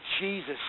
Jesus